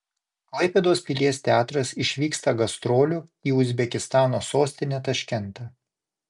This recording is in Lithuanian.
klaipėdos pilies teatras išvyksta gastrolių į uzbekistano sostinę taškentą